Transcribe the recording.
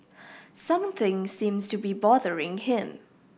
something seems to be bothering him